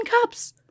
cups